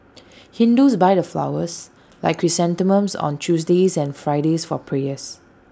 Hindus buy the flowers like chrysanthemums on Tuesdays and Fridays for prayers